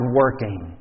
working